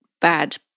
bad